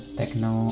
techno